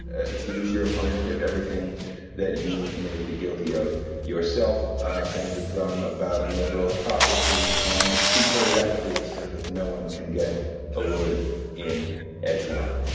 and ah accuse your opponent of everything that you may be guilty of yourself banging the drum about liberal hypocrisy and speak very rapidly so that no one can get a word in edgewise.